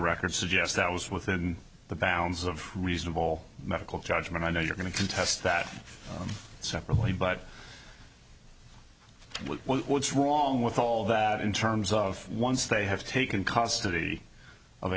record suggests that was within the bounds of reasonable medical judgment i know you're going to contest that separately but what's wrong with all that in terms of once they have taken custody of